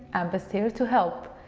amp is here to help.